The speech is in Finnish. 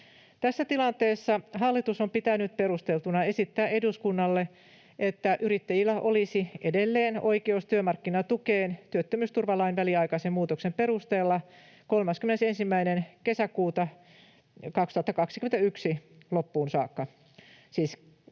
Tässä tilanteessa hallitus on pitänyt perusteltuna esittää eduskunnalle, että yrittäjillä olisi edelleen oikeus työmarkkinatukeen työttömyysturvalain väliaikaisen muutoksen perusteella 30.6.2021 saakka.